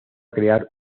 crear